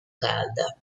calda